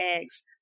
eggs